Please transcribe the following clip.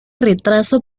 retraso